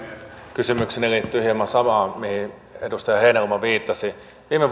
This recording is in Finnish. kysymykseni liittyy hieman samaan mihin edustaja heinäluoma viittasi viime